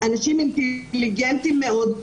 אנשים אינטליגנטיים מאוד,